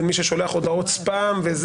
בין מי ששולח הודעות ספאם.